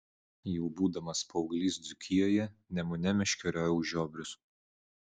jau būdamas paauglys dzūkijoje nemune meškeriojau žiobrius